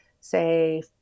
say